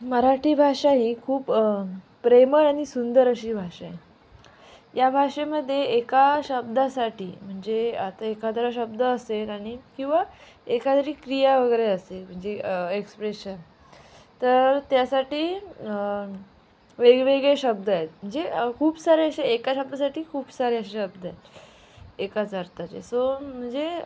मराठी भाषा ही खूप प्रेमळ आणि सुंदर अशी भाषा आहे या भाषेमध्ये एका शब्दासाठी म्हणजे आता एखादा शब्द असेल आणि किंवा एखाद्याची क्रिया वगैरे असेल म्हणजे एक्स्प्रेशन तर त्यासाठी वेगवेगळे शब्द आहेत म्हणजे खूप सारे असे एका शब्दासाठी खूप सारे असे शब्द आहेत एकाच अर्थाचे सो म्हणजे